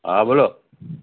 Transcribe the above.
હા બોલો